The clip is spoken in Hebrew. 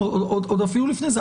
עוד אפילו לפני זה.